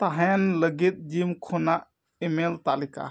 ᱛᱟᱦᱮᱱ ᱞᱟᱹᱜᱤᱫ ᱡᱤᱢ ᱠᱷᱚᱱᱟᱜ ᱤᱼᱢᱮᱞ ᱛᱟᱹᱞᱤᱠᱟ